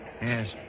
Yes